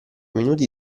minuti